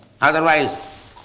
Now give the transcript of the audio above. Otherwise